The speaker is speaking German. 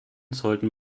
sollten